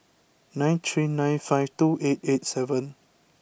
nine three nine five two eight eight seven